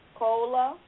cola